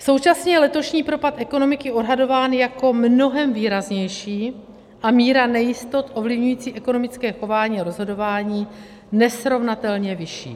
Současně je letošní propad ekonomiky odhadován jako mnohem výraznější a míra nejistot ovlivňující ekonomické chování a rozhodování nesrovnatelně vyšší.